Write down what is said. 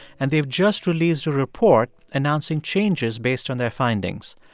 and they've just released a report announcing changes based on their findings.